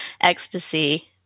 ecstasy